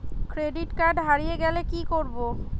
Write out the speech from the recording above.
Credit card হারিয়ে গেলে কি করব?